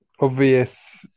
Obvious